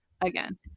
again